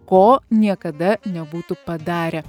ko niekada nebūtų padarę